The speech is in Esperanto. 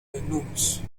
plenumis